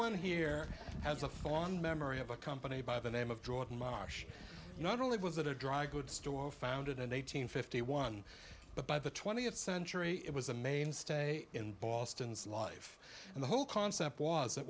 everyone here has a fond memory of a company by the name of jordan marsh not only was it a dry goods store founded an eight hundred fifty one but by the twentieth century it was a mainstay in boston's life and the whole concept was it